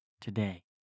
today